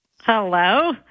Hello